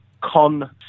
Con